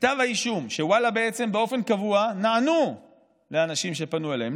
בכתב האישום שוואלה באופן קבוע נענו לאנשים שפנו אליהם,